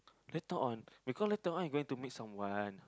later on because later on you going to meet someone